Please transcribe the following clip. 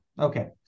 Okay